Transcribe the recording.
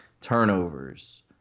turnovers